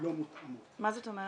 לא מותאמות --- מה זאת אומרת?